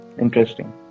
Interesting